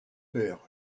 père